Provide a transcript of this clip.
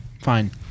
Fine